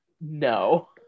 No